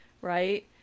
Right